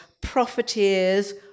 profiteers